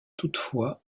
toutefois